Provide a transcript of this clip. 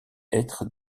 être